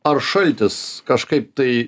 ar šaltis kažkaip tai